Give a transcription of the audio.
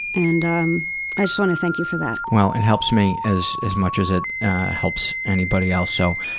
and um i just want to thank you for that. well it helps me as as much as it helps anybody else so,